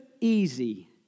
easy